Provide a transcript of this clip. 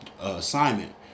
assignment